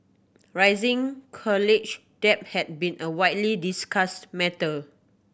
rising college debt had been a widely discussed matter